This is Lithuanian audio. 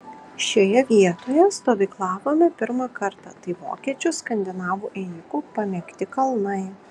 šioje vietoje stovyklavome pirmą kartą tai vokiečių skandinavų ėjikų pamėgti kalnai